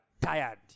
tired